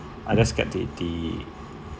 I just get the the